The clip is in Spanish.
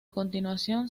continuación